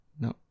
No